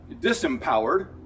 disempowered